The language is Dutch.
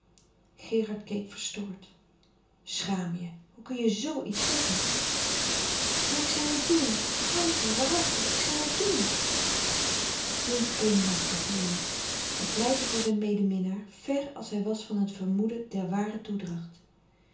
gerard keek verstoord schaam je hoe kun je z iets zegge maar ik zou et doen frankie waarachtig ik zou et doen toen glimlachte gerard en pleitte voor zijn medeminnaar ver als hij was van t vermoeden der ware toedracht